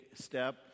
step